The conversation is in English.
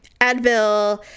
Advil